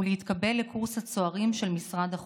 ולהתקבל לקורס הצוערים של משרד החוץ.